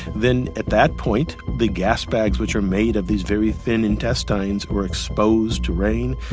then at that point, the gasbags which are made of these very thin intestines were exposed to rain.